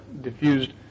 diffused